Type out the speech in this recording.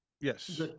Yes